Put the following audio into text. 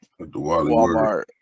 Walmart